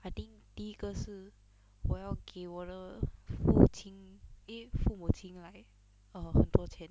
I think 第一个是我要给我的父亲 eh 父母亲 like err 很多钱